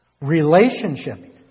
Relationship